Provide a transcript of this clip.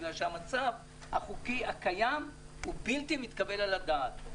בגלל שהמצב החוקי הקיים הוא בלתי מתקבל על הדעת.